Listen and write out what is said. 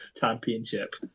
championship